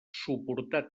suportar